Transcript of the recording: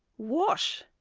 wash!